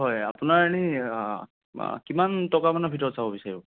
হয় আপোনাৰ এনে কিমান টকা মানৰ ভিতৰত চাব বিচাৰিব